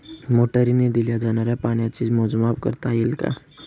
मोटरीने दिल्या जाणाऱ्या पाण्याचे मोजमाप करता येईल का?